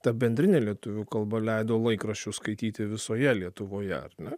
ta bendrinė lietuvių kalba leido laikraščius skaityti visoje lietuvoje ar ne